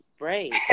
Right